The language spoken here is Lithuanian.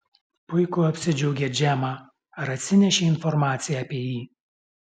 puiku apsidžiaugė džemą ar atsinešei informaciją apie jį